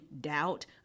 doubt